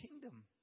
kingdom